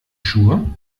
schuhe